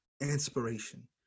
inspiration